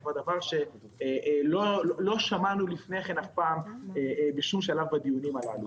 זה כבר דבר שלא שמענו לפני כן אף פעם בשום שלב בדיונים הללו.